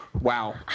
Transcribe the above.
Wow